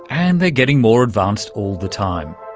and they're getting more advanced all the time,